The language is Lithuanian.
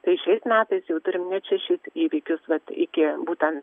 tai šiais metais jau turim net šešis įvykius vat iki būtent